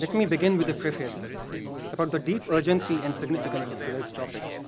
like me begin with a preface about the deep urgency and significance of today's topic.